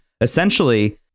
Essentially